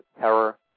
terror